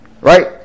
right